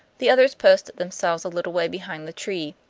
the others posted themselves a little way behind the tree.